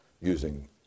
using